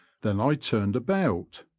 then i turned about,